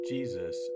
Jesus